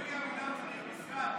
אלי אבידר צריך משרד.